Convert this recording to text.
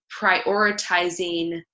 prioritizing